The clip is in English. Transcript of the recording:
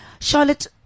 Charlotte